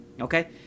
Okay